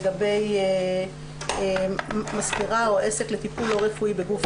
לגבי מספרה או עסק לטיפול לא רפואי בגוף